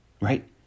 right